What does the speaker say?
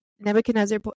Nebuchadnezzar